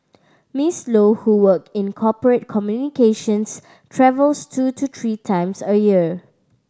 Miss Low who work in corporate communications travels two to three times a year